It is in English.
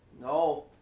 No